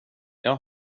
jag